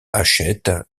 achète